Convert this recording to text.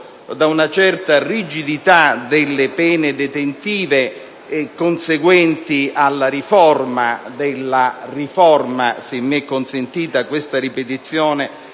da una certa rigidità delle pene detentive conseguenti alla "riforma della riforma" (se mi è consentita questa ripetizione)